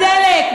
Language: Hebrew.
בדלק,